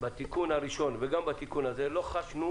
בתיקן הראשון וגם בתיקון הזה לא חשנו,